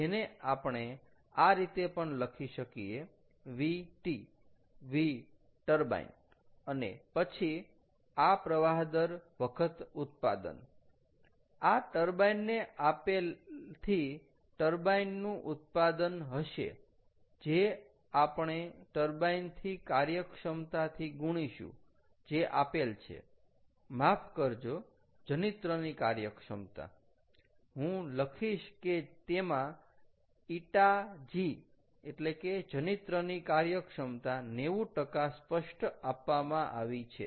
જેને આપણે આ રીતે પણ લખી શકીએ VT V ટર્બાઈન અને પછી આ પ્રવાહ દર વખત ઉત્પાદન આ ટર્બાઈન ને આપેલથી ટર્બાઈન નું ઉત્પાદન હશે જે આપણે ટર્બાઈન ની કાર્યક્ષમતાથી ગુણીશુ જે આપેલ છેમાફ કરજો જનિત્રની કાર્યક્ષમતા હું લખીશ કે તેમાં ƞg જનિત્રની કાર્યક્ષમતા 90 સ્પષ્ટ આપવામાં આવી છે